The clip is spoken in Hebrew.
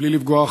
בלי לפגוע,